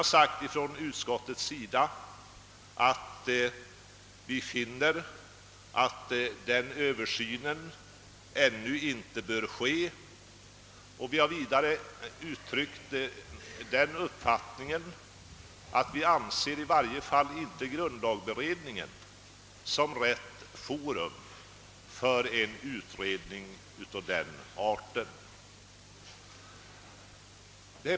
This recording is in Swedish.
Vi har från utskottets sida sagt att översynen ännu inte bör ske. Vi har vidare uttryckt den uppfattningen, att grundlagberedningen inte är rätt forum för en utredning av den arten.